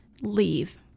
leave